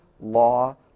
law